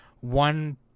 One